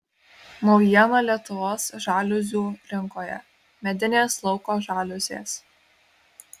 naujiena lietuvos žaliuzių rinkoje medinės lauko žaliuzės